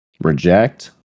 reject